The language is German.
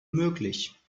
möglich